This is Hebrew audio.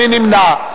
מי נמנע?